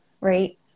right